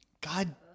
God